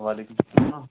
وعلیکُم سلام